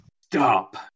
Stop